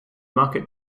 market